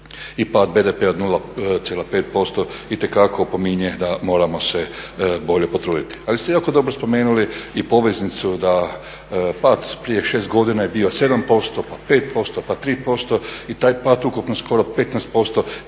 i pad BDP-a od 0,5% itekako opominje da moramo se bolje potruditi. Ali ste jako dobro spomenuli i poveznicu da pad prije 6 godina je bio 7%, pa 5%, pa 3% i taj pad ukupno skoro 15%